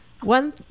One